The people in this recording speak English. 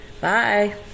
Bye